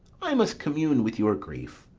i must commune with your grief,